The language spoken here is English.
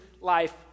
life